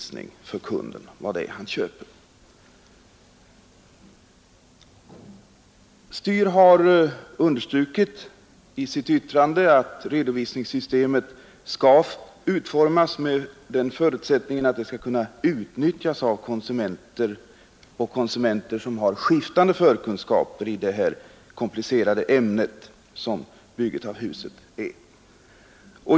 STYR har i sitt yttrande understrukit att redovisningssystemet skall utformas med förutsättningen att det skall kunna utnyttjas av konsumenter som har skiftande förkunskaper i det komplicerade ämne som byggande av hus är.